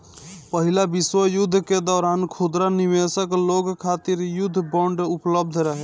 पहिला विश्व युद्ध के दौरान खुदरा निवेशक लोग खातिर युद्ध बांड उपलब्ध रहे